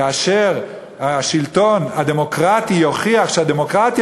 כאשר השלטון הדמוקרטי יוכיח שהדמוקרטיה